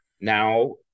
Now